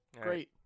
Great